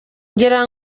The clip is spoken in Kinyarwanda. ngira